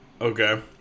Okay